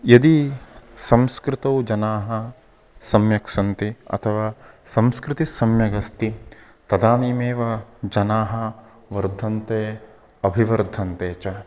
यदि संस्कृतौ जनाः सम्यक् सन्ति अथवा संस्कृतिस्सम्यगस्ति तदानीमेव जनाः वर्धन्ते अभिवर्धन्ते च